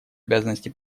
обязанности